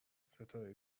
ستاره